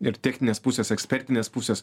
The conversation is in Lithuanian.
ir techninės pusės ekspertinės pusės